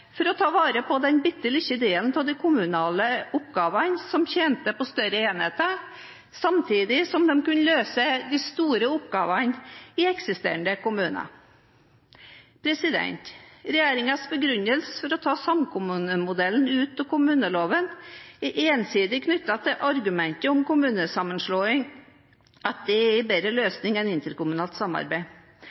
for å ta vare på den bitte lille delen av de kommunale oppgavene som tjener på større enheter, samtidig som de kunne løse de store oppgavene i eksisterende kommuner. Regjeringens begrunnelse for å ta samkommunemodellen ut av kommuneloven er ensidig knyttet til argumentet om at kommunesammenslåing er en bedre løsning enn interkommunalt samarbeid.